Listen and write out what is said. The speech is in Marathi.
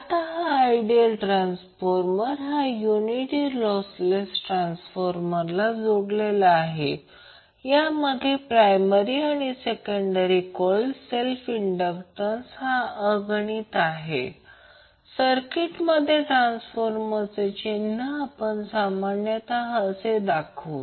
तर हे फ्रिक्वेन्सी Z वर आहे हे ω ω 1 आहे या कर्वला दोन बिंदू छेदत आहे आणि यालाच आपण f 1 f 0 f 2 किंवा ω 1 ω0 ω2 म्हणतो